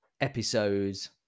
episodes